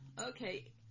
Okay